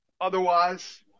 Otherwise